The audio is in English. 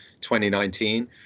2019